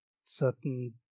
certain